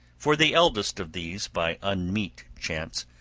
for the eldest of these, by unmeet chance,